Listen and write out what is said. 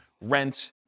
rent